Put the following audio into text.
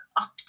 up